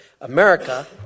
America